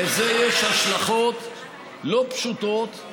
לזה יש השלכות לא פשוטות,